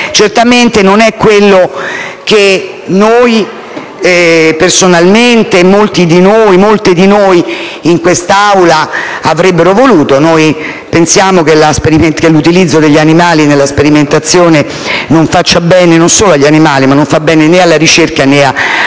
Certamente non è quello che, personalmente, molti di noi in quest'Aula avrebbero voluto (noi pensiamo che l'utilizzo degli animali nella sperimentazione non solo non faccia bene agli animali, ma non giovi né alla ricerca né agli